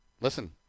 Listen –